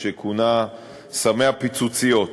מה שכונה "סמי הפיצוציות",